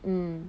mm